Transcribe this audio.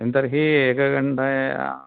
तर्हि एकघण्टा